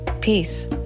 Peace